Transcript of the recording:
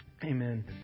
Amen